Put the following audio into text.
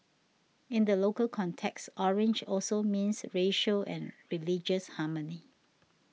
in the local context orange also means racial and religious harmony